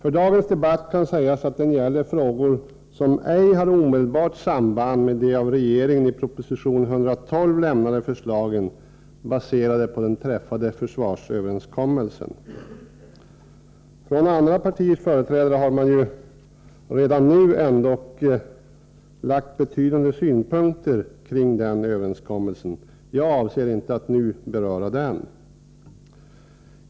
Om dagens debatt kan sägas att den gäller frågor som ej har omedelbart samband med de av regeringen i proposition 112 lämnade förslagen baserade på den träffade försvarsöverenskommelsen. Från andra partiers företrädare har man redan nu lagt betydande synpunkter kring den överenskommelsen. Jag avser inte att nu beröra den.